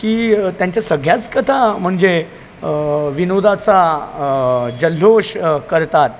की त्यांच्या सगळ्याच कथा म्हणजे विनोदाचा जल्लोष करतात